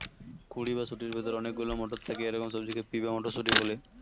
কুঁড়ি বা শুঁটির ভেতরে অনেক গুলো মটর থাকে এরকম সবজিকে পি বা মটরশুঁটি বলে